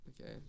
Okay